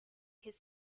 his